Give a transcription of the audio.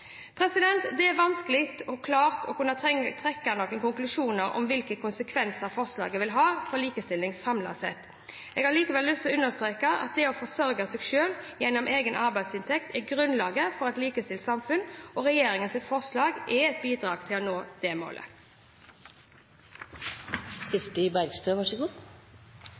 Det er vanskelig å trekke noen klare konklusjoner om hvilke konsekvenser forslaget vil ha for likestilling samlet sett. Jeg har likevel lyst til å understreke at det å forsørge seg selv gjennom egen arbeidsinntekt er grunnlaget for et likestilt samfunn, og regjeringens forslag er et bidrag til å nå det målet.